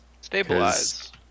Stabilize